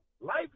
Life